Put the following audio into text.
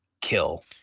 Kill